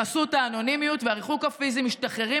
בחסות האנונימיות והריחוק הפיזי משתחררים